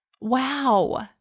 Wow